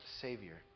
Savior